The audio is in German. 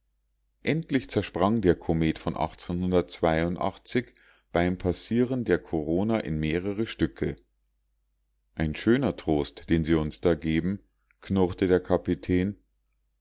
endlich zersprang der komet von beim passieren der korona in mehrere stücke ein schöner trost den sie uns da geben knurrte der kapitän